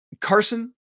Carson